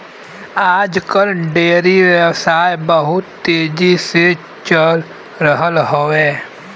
आज कल डेयरी व्यवसाय बहुत तेजी से चल रहल हौवे